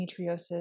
endometriosis